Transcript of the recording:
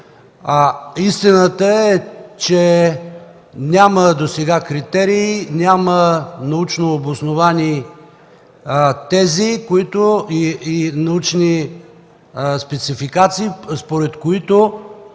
Истината е, че досега няма критерии, няма научно обосновани тези и научни спецификации, според които